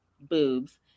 boobs